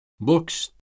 Books